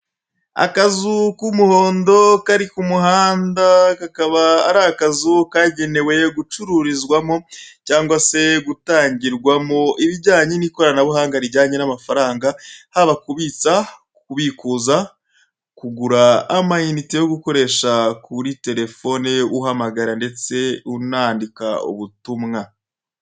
Akazu k'umuhondo kari ku muhanda, kakaba ari akazu kagenewe gucururizwamo cyangwa se gutangirwamo ibijyanye n'ikoranabuhanga rijyanye n'amafaranga: haba kubitsa, kubikuza, kugura amayinite yo gukoresha kuri telefone uhamagara ndetse unandika ubutumwa.